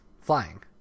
Flying